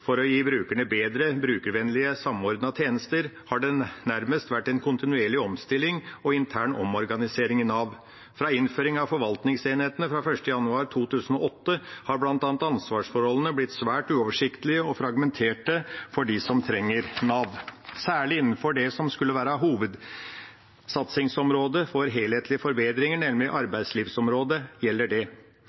for å gi brukerne bedre, brukervennlige, samordnete tjenester, har det nærmest vært en kontinuerlig omstilling og intern omorganisering i Nav. Fra innføring av forvaltningsenhetene fra 1. januar 2008 har bl.a. ansvarsforholdene blitt svært uoversiktlige og fragmenterte for dem som trenger Nav. Særlig innenfor det som skulle være hovedsatsingsområdet for helhetlige forbedringer, nemlig arbeidslivsområdet, gjelder